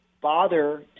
bother